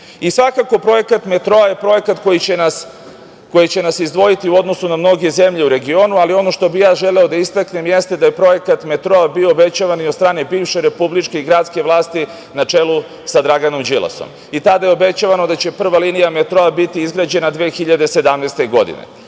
Svakako projekat metroa je projekat koji će nas izdvojiti u odnosu na mnoge zemlje u regionu, ali ono što bih ja želeo da istaknem da je projekat metroa bio obećavan i od strane bivše republičke i gradske vlasti, na čelu sa Draganom Đilasom. Tada je obećavano da će prva linija metroa biti izgrađena 2017. godine,